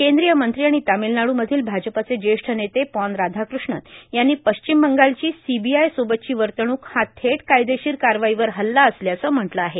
केंद्रीय मंत्री आणि तामिळनाडू मधील भाजपाचे ज्येष्ठ नेते पॉन राधाकृष्णन यांनी पश्चिम बंगाल सीबीआय सोबतची वर्तणूक हा थेट कायदेशीर कारवाईवर हल्ला असल्याचं म्हटलं आहे